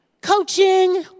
coaching